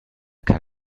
kann